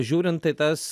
žiūrint tai tas